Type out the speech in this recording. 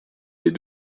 les